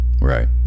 Right